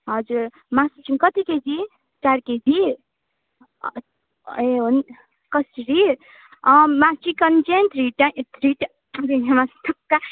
हजुर मासु चाहिँ कति केजी चार केजी ए हो नि त कसरी मासु चिकन चाहिँ थ्री ट्या थ्री ट्या